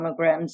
mammograms